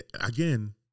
again